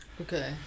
Okay